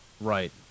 right